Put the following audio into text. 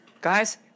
Guys